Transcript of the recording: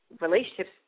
relationships